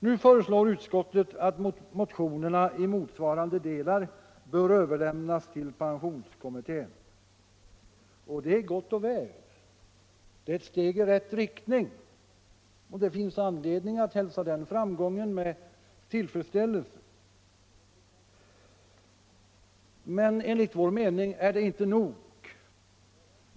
Nu föreslår utskottet att motionerna i motsvarande delar skall överlämnas till pensionskommittén, och det är gott och väl. Det är ett steg i rätt riktning, och det finns anledning att hälsa den framgången med tillfredsställelse. Men enligt vår mening är det inte nog.